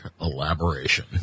elaboration